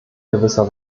gewisser